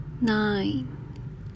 nine